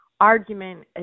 argument